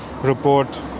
report